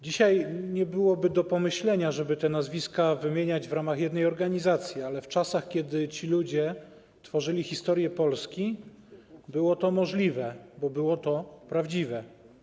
Dzisiaj nie byłoby do pomyślenia, żeby te nazwiska wymieniać w ramach jednej organizacji, ale w czasach, kiedy ci ludzie tworzyli historię Polski, było to możliwe, bo było to prawdziwe.